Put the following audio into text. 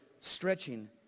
stretching